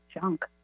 junk